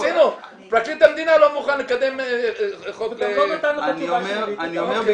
פרקליט המדינה לא מוכן לקדם --- אני אומר,